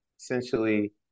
essentially